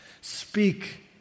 Speak